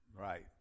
Right